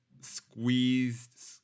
squeezed